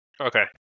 okay